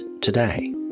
today